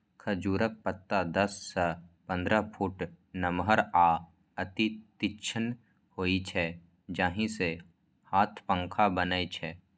खजूरक पत्ता दस सं पंद्रह फुट नमहर आ अति तीक्ष्ण होइ छै, जाहि सं हाथ पंखा बनै छै